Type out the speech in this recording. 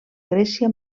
grècia